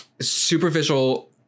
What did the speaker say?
superficial